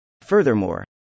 Furthermore